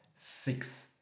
six